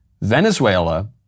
Venezuela